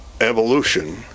evolution